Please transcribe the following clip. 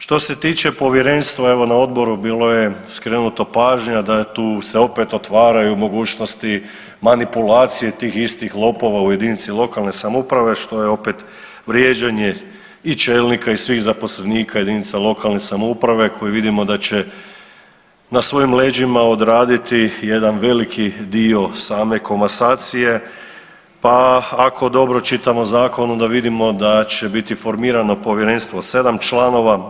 Što se tiče povjerenstva evo na odboru bilo je skrenuto pažnja da tu se opet otvaraju mogućnosti manipulacije tih istih lopova u jedinici lokalne samouprave što je opet vrijeđanje i čelnika i svih zaposlenika jedinica lokalne samouprave koji vidimo da će na svojim leđima odraditi jedan veliki dio same komasacije, pa ako dobro čitamo zakon onda vidimo da će biti formirano povjerenstvo od 7 članova.